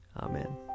Amen